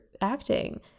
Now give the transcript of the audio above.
acting